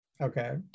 Okay